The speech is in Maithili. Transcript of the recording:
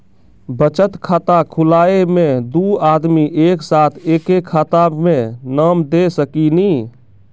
बचत खाता खुलाए मे दू आदमी एक साथ एके खाता मे नाम दे सकी नी?